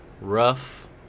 rough